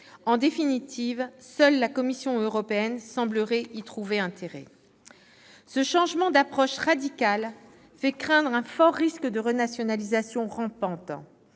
En définitive, seule la Commission européenne semblerait y trouver intérêt ... Ce changement radical d'approche fait craindre un fort risque de « renationalisation rampante